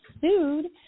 sued